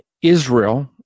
israel